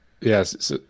yes